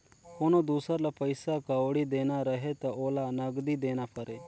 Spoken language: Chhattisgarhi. कोनो दुसर ल पइसा कउड़ी देना रहें त ओला नगदी देना परे